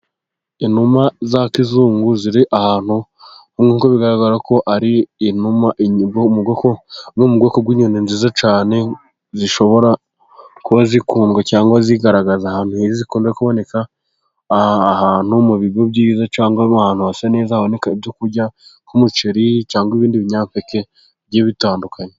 Inuma za kizungu ziri ahantu bigaragara ko ari inuma zo mu bwoko bw'inyoni nziza cyane, zishobora kuba zikundwa cyangwa zigaragaza ahantu hekunda kuboneka, ahantu mu bigo byiza cyangwa ahantu hasa neza, haboneka ibyo kurya nk'umuceri cyangwa ibindi binyampeke bigiye bitandukanye.